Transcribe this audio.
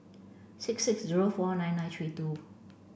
six six zero four nine nine three two